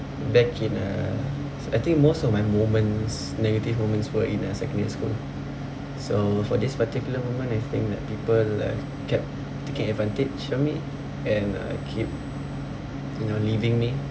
back in uh I think most of my moments negative moments were in uh secondary school so for this particular moment I think that people have kept taking advantage on me and uh keep you know leaving me